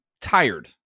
tired